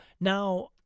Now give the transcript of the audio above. now